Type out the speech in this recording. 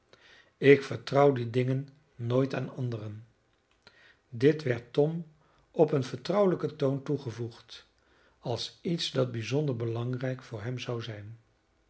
ik vertrouw die dingen nooit aan anderen dit werd tom op een vertrouwelijken toon toegevoegd als iets dat bijzonder belangrijk voor hem zou zijn